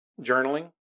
Journaling